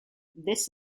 this